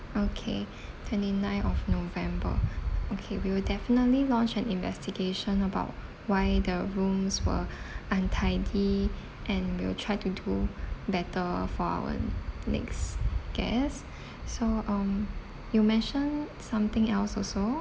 okay twenty ninth of november okay we will definitely launch an investigation about why the rooms were untidy and we'll try to do better for our next guest so um you mentioned something else also